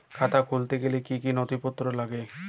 খাতা খুলতে গেলে কি কি নথিপত্র লাগে?